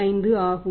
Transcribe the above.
45 ஆகும்